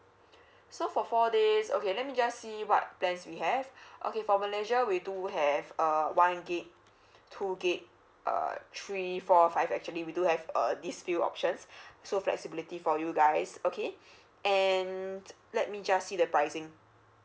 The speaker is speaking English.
so for four days okay let me just see what plans we have okay for malaysia we do have uh one gig two gig err three four five actually we do have uh these few options so flexibility for you guys okay and let me just see the pricing